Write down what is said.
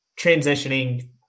transitioning